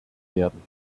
werden